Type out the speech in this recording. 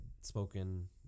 spoken